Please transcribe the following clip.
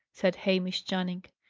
said hamish channing.